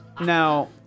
Now